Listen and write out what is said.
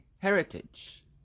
Heritage